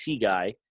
guy